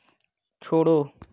छोड़ो